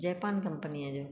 Japan कम्पनीअ जो